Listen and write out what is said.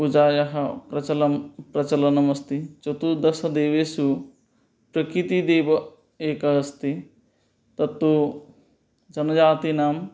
पूजायाः प्रचलन् प्रचलनमस्ति चतुर्दशदेवेषु प्रकृतिदेवः एकः अस्ति तत्तु जनजातीनां